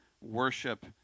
worship